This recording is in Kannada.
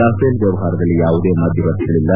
ರಫೇಲ್ ವ್ಣವಹಾರದಲ್ಲಿ ಯಾವುದೇ ಮಧ್ಯವರ್ತಿಗಳಲ್ಲ